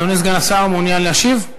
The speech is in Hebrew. אדוני סגן השר, מעוניין להשיב?